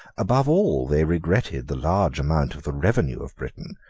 above all, they regretted the large amount of the revenue of britain,